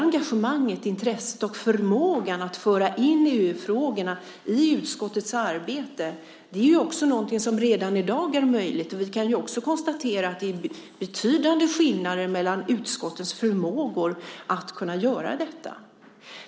Engagemanget, intresset och förmågan att föra in EU-frågorna i utskottets arbete är någonting som redan i dag är möjligt. Vi kan också konstatera att det är betydande skillnader mellan utskottens förmågor att göra detta.